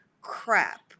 crap